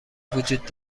وجود